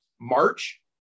March